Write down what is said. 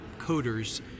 coders